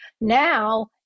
Now